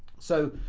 so,